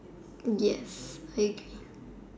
yes I agree